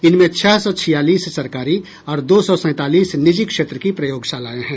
इनमें छह सौ छियालीस सरकारी और दो सौ सैंतालीस निजी क्षेत्र की प्रयोगशालायें हैं